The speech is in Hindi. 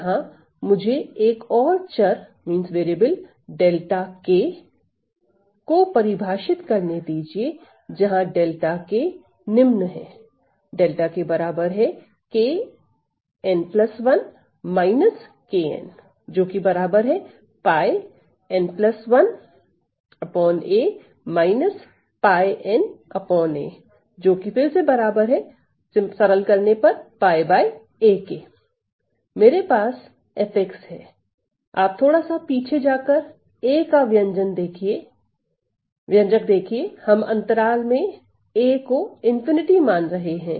यहाँ मुझे एक और चर डेल्टा k 𝜹k को परिभाषित करने दीजिए जहां डेल्टा k 𝜹k निम्न है मेरे पास f है आप थोड़ा सा पीछे जा कर a का व्यंजक देखिए हम अंतराल में a को ∞ मान रहे हैं